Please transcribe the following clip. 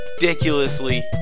ridiculously